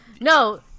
No